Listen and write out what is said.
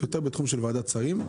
ויותר בתחום של ועדת שרים.